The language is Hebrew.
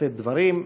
לשאת דברים,